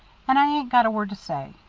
and i ain't got a word to say.